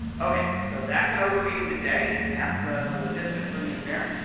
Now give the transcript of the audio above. okay, so that's an overview of the day and that's the the logistics for the event.